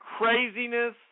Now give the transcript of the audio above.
craziness